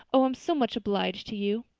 oh, i'm so much obliged to you.